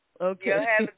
Okay